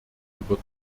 über